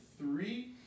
three